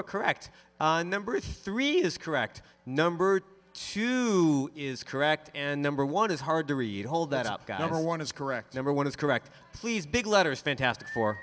are correct number three is correct number two is correct and number one is hard to read hold that up that number one is correct number one is correct please big letters fantastic fo